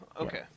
Okay